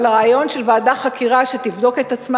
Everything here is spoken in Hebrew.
אבל הרעיון של ועדת חקירה שתבדוק את עצמה